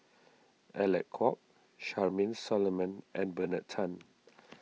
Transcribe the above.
Alec Kuok Charmaine Solomon and Bernard Tan